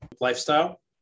lifestyle